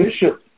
Bishop